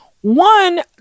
one